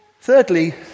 Thirdly